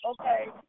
okay